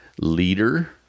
leader